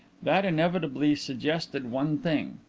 that inevitably suggested one thing.